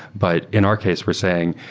but in our case we're saying,